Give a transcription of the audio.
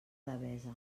devesa